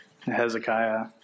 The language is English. Hezekiah